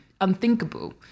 unthinkable